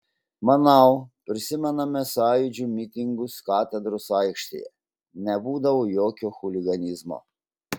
manau prisimename sąjūdžio mitingus katedros aikštėje nebūdavo jokio chuliganizmo